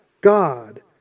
God